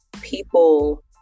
people